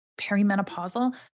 perimenopausal